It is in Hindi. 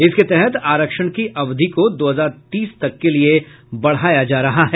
इसके तहत आरक्षण की अवधि को दो हजार तीस तक के लिये बढ़ाया जा रहा है